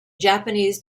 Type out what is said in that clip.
japanese